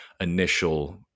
initial